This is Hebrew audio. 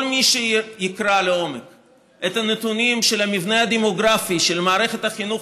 כל מי שיקרא לעומק את הנתונים של המבנה הדמוגרפי של מערכת החינוך